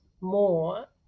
More